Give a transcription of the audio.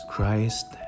Christ